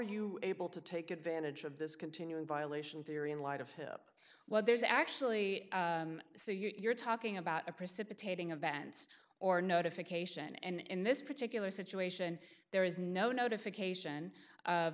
you able to take advantage of this continuing violation theory in light of hip what there is actually so you are talking about a precipitating event or notification and in this particular situation there is no notification